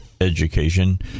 education